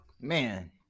man